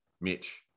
Mitch